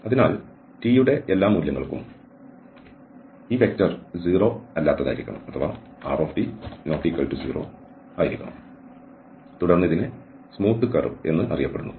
അതിനാൽ t യുടെ എല്ലാ മൂല്യങ്ങൾക്കും ഈ വെക്റ്റർ 0 അല്ലാത്തതായിരിക്കണം തുടർന്ന് ഇതിനെ സ്മൂത്ത് കർവ് എന്ന് അറിയപ്പെടുന്നു